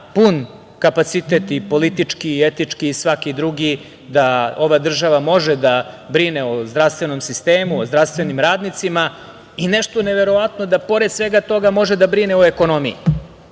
pun kapacitet, i politički i etički i svaki drugi, da ova država može da brine o zdravstvenom sistemu, o zdravstvenim radnicima i nešto neverovatno, da pored svega toga može da brine i o ekonomiji,